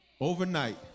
overnight